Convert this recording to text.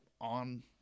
on